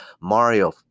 Mario